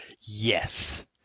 Yes